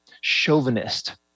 chauvinist